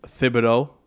Thibodeau